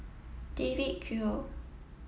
David Kwo